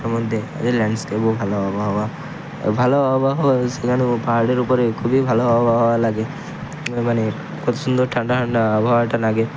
তার মধ্যে আরে ল্যান্ডস্কেপ ও ভালো আবহাওয়া ভালো আবহাওয়া সেখানে ও পাহাড়ের উপরে খুবই ভালো আবহাওয়া লাগে মানে কতো সুন্দর ঠান্ডা ঠান্ডা আবহাওয়াটা লাগে